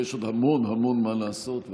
ויש עוד המון מה לעשות,